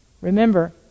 Remember